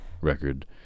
record